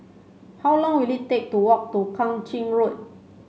how long will it take to walk to Kang Ching Road